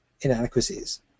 inadequacies